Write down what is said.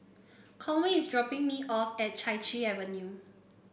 Conway is dropping me off at Chai Chee Avenue